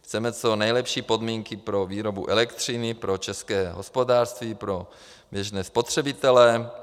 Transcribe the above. Chceme co nejlepší podmínky pro výrobu elektřiny pro české hospodářství, pro běžné spotřebitele.